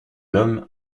l’homme